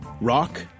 Rock